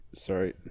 Sorry